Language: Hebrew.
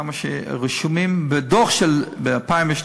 כמה רשומים בדוח של 2012,